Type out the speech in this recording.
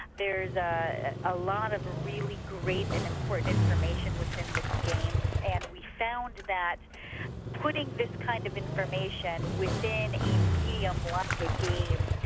there's a a lot of really great and important information within this game, and we found that putting this kind of information within a medium like a game,